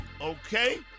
Okay